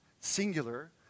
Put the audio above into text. singular